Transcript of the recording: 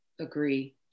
Agree